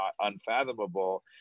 unfathomable